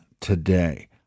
today